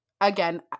again